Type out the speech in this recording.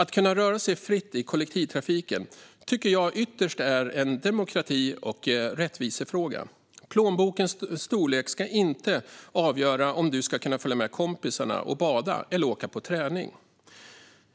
Att kunna röra sig fritt i kollektivtrafiken tycker jag ytterst är en demokrati och rättvisefråga. Plånbokens storlek ska inte avgöra om du ska kunna följa med kompisarna och bada eller åka på träning.